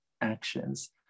actions